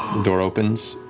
door opens,